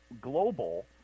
global